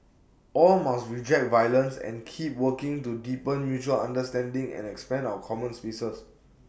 all must reject violence and keep working to deepen mutual understanding and expand our common spaces